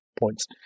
points